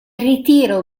ritiro